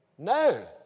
No